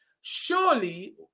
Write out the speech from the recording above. Surely